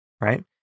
right